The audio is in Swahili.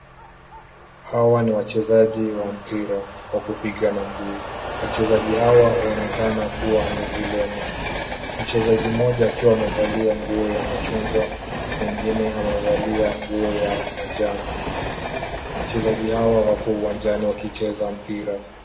Hawa ni wachezaji wa mpira wa kupiga na mguu. Wachezaji hawa wanaonekana kuwa ni vilema, mchezaji mmoja akiwa amevalia nguo ya machungwa na mwingine amevalia nguo ya manjano. Wachezaji hawa wako uwanjani wakicheza mpira.